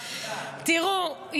תראו,